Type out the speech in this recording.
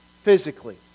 physically